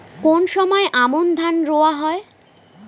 কোন সময় আমন ধান রোয়া হয়?